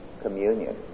communion